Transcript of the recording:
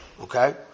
Okay